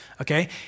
okay